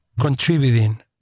contributing